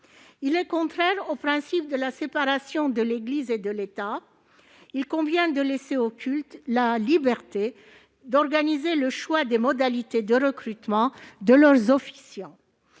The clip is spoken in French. ainsi contraire au principe de la séparation de l'Église et de l'État. Il convient de laisser aux cultes la liberté d'organiser le choix des modalités de recrutement de leurs officiants.